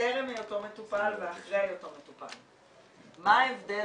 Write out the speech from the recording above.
טרם היותו מטופל ואחרי היותו מטופל, מה ההבדל